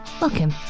Welcome